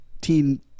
teen